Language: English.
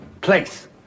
Place